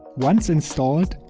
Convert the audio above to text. once installed,